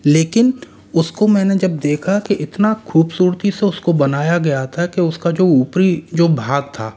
लेकिन उसको मैंने जब देखा कि इतना खूबसूरती से उस को बनाया गया था कि उस का जो ऊपरी जो भाग था